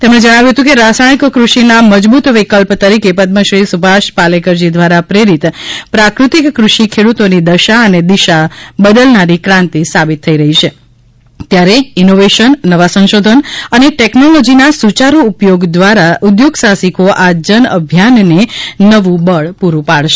તેમણે જણાવ્યુ હતુ કે રાસાયણિક કૃષિના મજબૂત વિકલ્પ તરીકે પદ્મશ્રી સુભાષ પાલેકરજી દ્વારા પ્રેરિત પ્રાફતિક કૃષિ ખેડ્રતોની દશા અને દિશા બદલનારી ક્રાંતિ સાબિત થઇ રહી છે ત્યારે ઇનોવેશન નવા સંશોધનો અને ટેકનોલોજીના સુચારુ ઉપયોગ દ્વારા ઉદ્યોગ સાહસિકો આ જનઅભિયાનને નવુ બળ પૂરું પાડશે